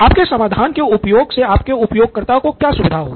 आपके समाधान के उपयोग से आपके उपयोगकर्ता को क्या सुविधा होगी